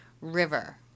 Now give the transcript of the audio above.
River